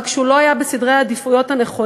רק שהוא לא היה בסדרי העדיפויות הנכונים.